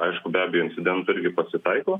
aišku be abejo incidentų irgi pasitaiko